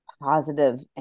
positive